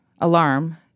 alarm